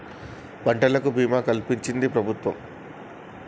పంటలకు భీమా కలిపించించి ప్రభుత్వం